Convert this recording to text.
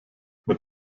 mit